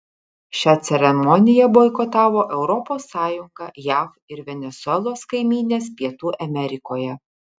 šią ceremoniją boikotavo europos sąjunga jav ir venesuelos kaimynės pietų amerikoje